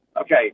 okay